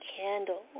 candle